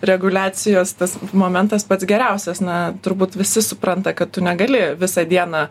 reguliacijos tas momentas pats geriausias na turbūt visi supranta kad tu negali visą dieną